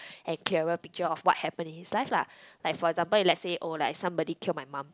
and clearer picture of what happen in his life lah like for example if let's say oh like somebody killed my mum